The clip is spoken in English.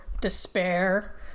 despair